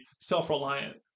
self-reliant